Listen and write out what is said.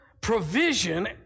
provision